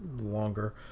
longer